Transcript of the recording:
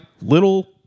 little